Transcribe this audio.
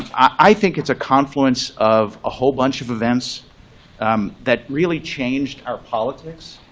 i think it's a confluence of a whole bunch of events that really changed our politics